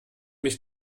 mich